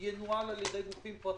ינוהל על ידי גופים פרטיים,